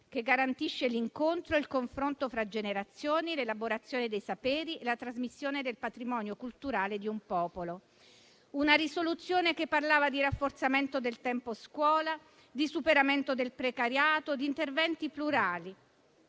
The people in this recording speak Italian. che garantisce l'incontro e il confronto fra generazioni, l'elaborazione dei saperi e la trasmissione del patrimonio culturale di un popolo. Una risoluzione che parlava di rafforzamento del tempo scuola, di superamento del precariato e di interventi plurali.